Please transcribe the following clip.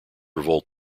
revolt